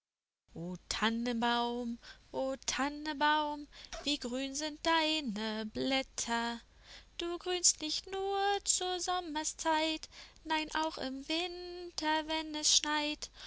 tannebaum o tannebaum wie grün sind deine blätter du grünst nicht nur zur sommerszeit nein auch im winter wenn es schneit